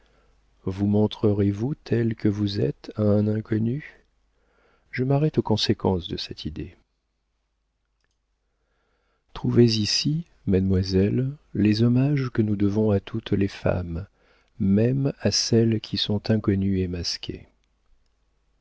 rien cacher vous montrerez vous telle que vous êtes à un inconnu je m'arrête aux conséquences de cette idée trouvez ici mademoiselle les hommages que nous devons à toutes les femmes même à celles qui sont inconnues et masquées